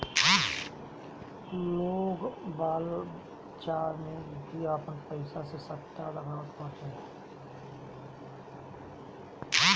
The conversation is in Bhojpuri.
लोग बाजारी में भी आपनी पईसा से सट्टा लगावत बाटे